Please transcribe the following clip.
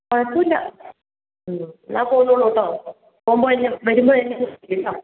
കുഴപ്പമില്ല ഉം എന്നാൽ പോന്നോളൂ കെട്ടോ പോകുമ്പോൾ എന്നേ വരുമ്പോൾ എന്നേ വിളിച്ചാൽ മതി